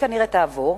וכנראה תעבור,